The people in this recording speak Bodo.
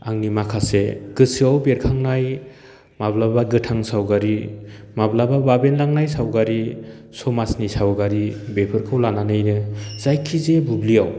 आंनि माखासे गोसोआव बेरखांनाय माब्ला गोथां सावगारि माब्लाबा बाबेनलांनाय सावगारि समाजनि सावगारि बेफोरखौ लानानैनो जायखि जाया बुब्लियाव